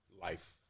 Life